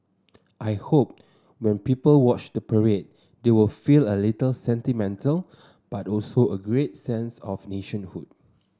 I hope when people watch the parade they will feel a little sentimental but also a great sense of nationhood